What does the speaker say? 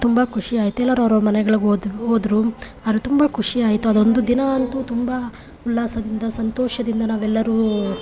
ತುಂಬ ಖುಷಿಯಾಯಿತು ಎಲ್ಲರೂ ಅವ್ರವ್ರ ಮನೆಗಳಿಗೆ ಓದು ಹೋದ್ರು ಆದರೆ ತುಂಬ ಖುಷಿಯಾಯಿತು ಅದೊಂದು ದಿನ ಅಂತೂ ತುಂಬ ಉಲ್ಲಾಸದಿಂದ ಸಂತೋಷದಿಂದ ನಾವೆಲ್ಲರೂ